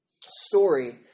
story